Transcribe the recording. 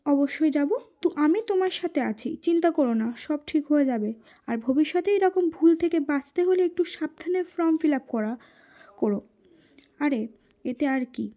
অবশ্যই যাব তো আমি তোমার সাথে আছি চিন্তা করো না সব ঠিক হয়ে যাবে আর ভবিষ্যতে এরকম ভুল থেকে বাঁচতে হলে একটু সাবধানে ফর্ম ফিল আপ করা করো আরে এতে আর কী